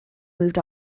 moved